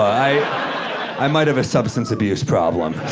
i i might have a substance abuse problem,